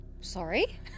Sorry